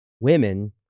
Women